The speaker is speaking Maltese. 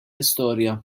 istorja